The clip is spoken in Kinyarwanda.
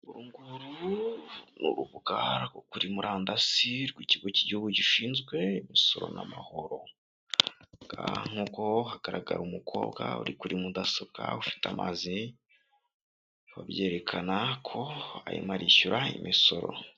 Uru nguru ni urubuga rwo kuri murandasi, ikigo cy'igihugu gishinzwe gusoro amahoro, aha ngaha nk'uko hagaragara umukobwa uri kuri mudasobwa ufite amazi babyerekana ko arimo arishyura imisoro.